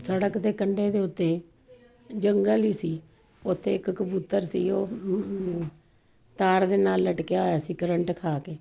ਸੜਕ ਦੇ ਕੰਢੇ ਦੇ ਉੱਤੇ ਜੰਗਲ ਹੀ ਸੀ ਉੱਥੇ ਇੱਕ ਕਬੂਤਰ ਸੀ ਉਹ ਤਾਰ ਦੇ ਨਾਲ ਲਟਕਿਆ ਹੋਇਆ ਸੀ ਕਰੰਟ ਖਾ ਕੇ